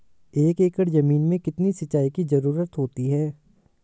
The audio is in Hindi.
एक एकड़ ज़मीन में कितनी सिंचाई की ज़रुरत होती है?